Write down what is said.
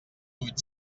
huit